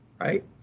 Right